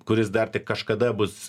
kuris dar tik kažkada bus